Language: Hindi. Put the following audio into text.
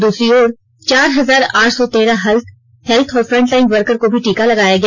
दूसरी ओर चार हजार आठ सौ तेरह हेल्थ और फ्रंट लाइन वर्कर को भी टीका लगाया गया